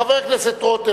חבר הכנסת רותם,